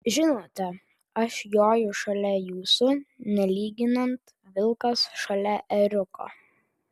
žinote aš joju šalia jūsų nelyginant vilkas šalia ėriuko